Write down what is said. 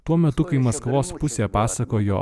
tuo metu kai maskvos pusė pasakojo